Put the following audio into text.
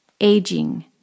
Aging